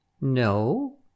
No